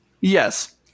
Yes